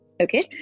Okay